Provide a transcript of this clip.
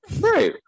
Right